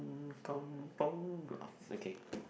Kampung-Glam is okay